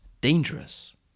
dangerous